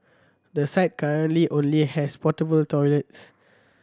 the site currently only has portable toilets